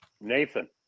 Nathan